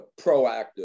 proactive